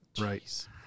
Right